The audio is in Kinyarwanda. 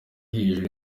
hejuru